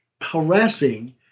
harassing